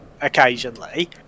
occasionally